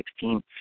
2016